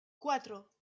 cuatro